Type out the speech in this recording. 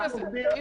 בסדר.